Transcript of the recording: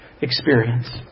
experience